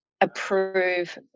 approve